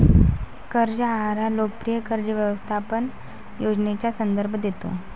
कर्ज आहार हा लोकप्रिय कर्ज व्यवस्थापन योजनेचा संदर्भ देतो